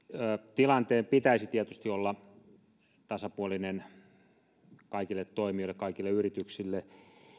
tilanteen tietysti pitäisi olla tasapuolinen kaikille toimijoille kaikille yrityksille